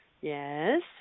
Yes